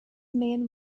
main